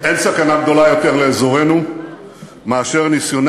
אין סכנה גדולה יותר לאזורנו מאשר ניסיונה